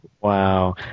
Wow